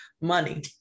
money